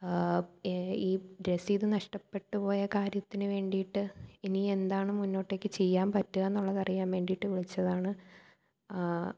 A ഈ രസീത് നഷ്ടപ്പെട്ടു പോയ കാര്യത്തിനു വേണ്ടിയിട്ട് ഇനിയെന്താണ് മുന്നോട്ടേക്ക് ചെയ്യാൻ പറ്റുകയെന്നുള്ളതറിയാൻ വേണ്ടിയിട്ട് വിളിച്ചതാണ്